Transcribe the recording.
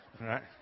right